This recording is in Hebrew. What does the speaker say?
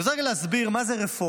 אני רוצה רגע להסביר מה זה רפורמה.